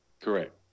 Correct